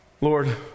Lord